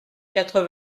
quatre